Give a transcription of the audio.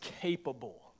capable